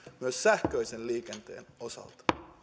myös sähköisen liikenteen osalta